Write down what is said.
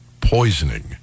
poisoning